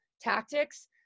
tactics